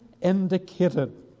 indicated